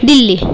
Delhi